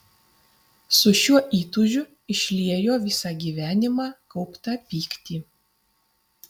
su šiuo įtūžiu išliejo visą gyvenimą kauptą pyktį